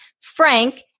frank